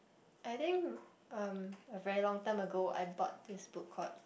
I think um a very long time ago I bought this book called